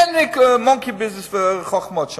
אין מנקי-ביזנס וחוכמות שם,